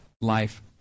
life